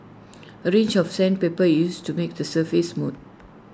A range of sandpaper is used to make the surface smooth